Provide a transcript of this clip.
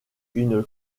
une